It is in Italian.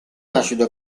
acido